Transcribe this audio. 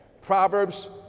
Proverbs